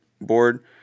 board